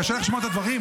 קשה לך לשמוע את הדברים?